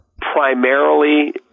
primarily